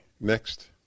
next